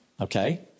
okay